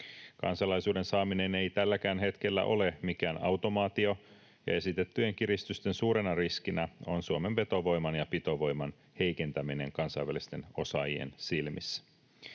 Kansalaisuuden saaminen ei tälläkään hetkellä ole mikään automaatio, ja esitettyjen kiristysten suurena riskinä on Suomen vetovoiman ja pitovoiman heikentäminen kansainvälisten osaajien silmissä.